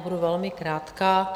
Budu velmi krátká.